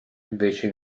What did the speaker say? invece